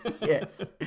yes